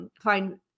find